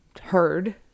heard